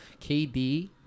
KD